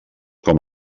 com